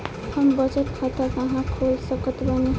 हम बचत खाता कहां खोल सकत बानी?